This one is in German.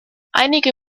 einige